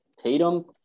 tatum